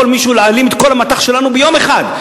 יכול מישהו להעלים את כל המט"ח שלנו ביום אחד.